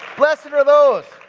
blessed and are those.